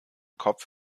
kopf